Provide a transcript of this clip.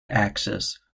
axis